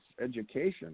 education